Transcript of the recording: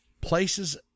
places